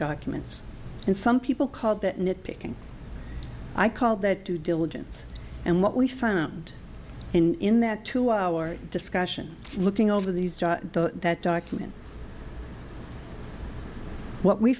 documents and some people call that nitpicking i call that to diligence and what we found in that two hour discussion looking over these that document what we